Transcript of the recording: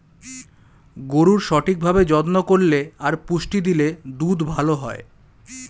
গরুর সঠিক ভাবে যত্ন করলে আর পুষ্টি দিলে দুধ ভালো হয়